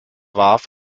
warf